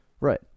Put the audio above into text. Right